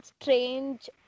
strange